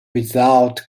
without